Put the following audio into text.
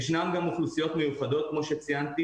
כמו שציינתי